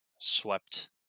swept